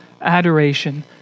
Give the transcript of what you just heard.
adoration